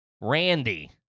Randy